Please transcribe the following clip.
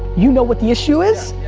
you know what the issue is,